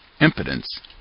impotence